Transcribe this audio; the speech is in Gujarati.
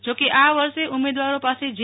જોકે આ વર્ષે ઉમેદવારો પાસે જે